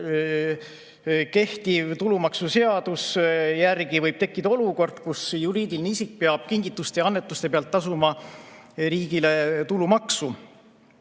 Kehtiva tulumaksuseaduse järgi võib tekkida olukord, kus juriidiline isik peab kingituste ja annetuste pealt tasuma riigile tulumaksu.